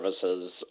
services